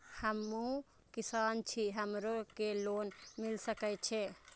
हमू किसान छी हमरो के लोन मिल सके छे?